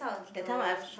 that time I've